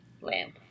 lamp